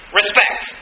respect